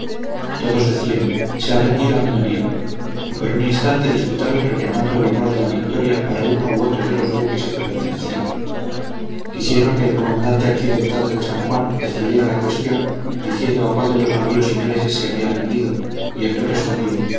todos decían se ha rendido a mi navío y por un instante disputaron reclamando el honor de la victoria para uno u otro de los buques a que pertenecían quisieron que el comandante accidental del san juan decidiera la cuestión diciendo a cuál de los navíos ingleses se había rendido y aquél respondió